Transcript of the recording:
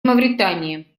мавритании